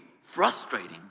frustrating